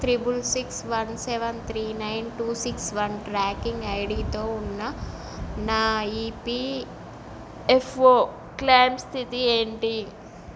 triple six one seven three nine two six one tracking ఐడితో ఉన్న నా EPFO claim స్థితి ఏంటి